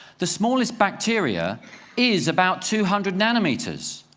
the smallest bacteria is about two hundred nanometers.